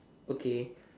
okay